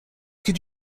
could